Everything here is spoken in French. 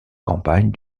campagne